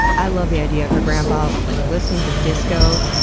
i love the idea of her grandpa like listening to disco,